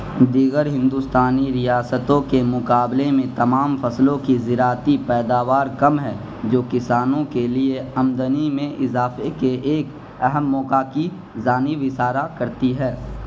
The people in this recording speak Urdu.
دیگر ہندوستانی ریاستوں کے مقابلے میں تمام فصلوں کی زراعتی پیداوار کم ہے جو کسانوں کے لیے آمدنی میں اضافے کے ایک اہم موقع کی جانب اشارہ کرتی ہے